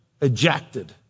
ejected